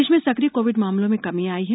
प्रदेश में सक्रिय कोविड मामलो में कमी आई है